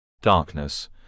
darkness